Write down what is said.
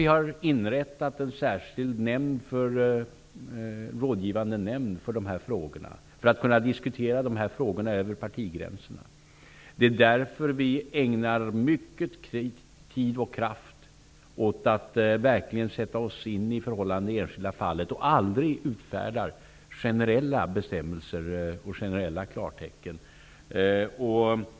Vi har inrättat en särskild rådgivande nämnd för att kunna diskutera dessa frågor över partigränserna. Det är därför vi ägnar mycket tid och kraft åt att verkligen sätta oss in i förhållandena i de enskilda fallen och aldrig utfärdar generella bestämmelser eller ger generella klartecken.